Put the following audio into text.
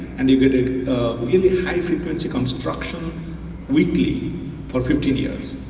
and you get a really high frequency construction weekly for fifteen years.